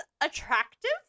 attractive